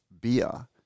beer